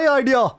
idea